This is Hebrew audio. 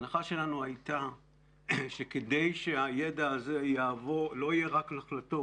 ההנחה שלנו הייתה שכדי שהידע הזה לא יהיה רק נחלתו